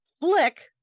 Flick